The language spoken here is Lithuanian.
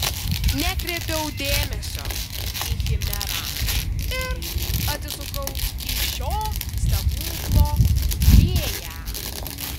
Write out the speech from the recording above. nekreipiau dėmesio į chimerą ir atsisukau į šio stebuklo kūrėją